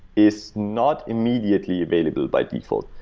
is not immediately available by default.